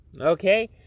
Okay